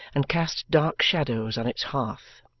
and cast dark shadows on its hearth.